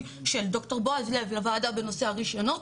של ד"ר בועז לב לוועדה בנושא הרישיונות,